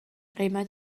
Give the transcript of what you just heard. قیمت